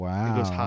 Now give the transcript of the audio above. Wow